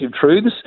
truths